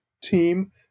team